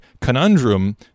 conundrum